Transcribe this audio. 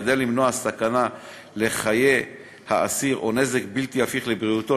כדי למנוע סכנה לחיי האסיר או נזק בלתי הפיך לבריאותו,